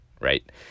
right